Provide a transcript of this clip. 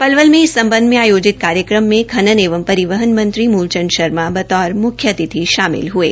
पलवल मे इस सम्बध मे आयोजित कार्यक्रम खनन एवं परिवहवन मंत्री मूलचंद शर्मा बतौर मुख्य अतिथि शामिल हये